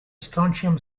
strontium